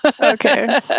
Okay